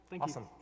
Awesome